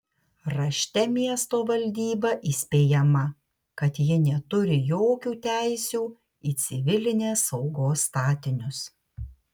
rašte miesto valdyba įspėjama kad ji neturi jokių teisių į civilinės saugos statinius